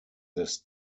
this